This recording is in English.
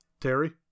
Terry